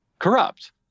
corrupt